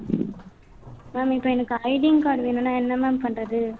ma'am இப்போ எனக்கு ஐடிங் கார்ட் வேணும்னால் என்ன மேம் பண்ணுறது